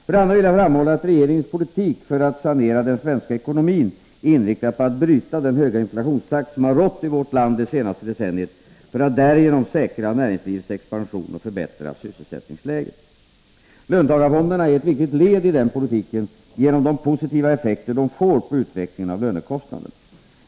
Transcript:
För det andra vill jag framhålla att regeringens politik för att sanera den svenska ekonomin är inriktad på att bryta den höga inflationstakt som har rått i vårt land det senaste decenniet för att därigenom säkra näringslivets expansion och förbättra sysselsättningsläget. Löntagarfonderna är ett viktigt led i denna politik genom de positiva effekter de får på utvecklingen av lönekostnaderna.